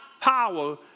power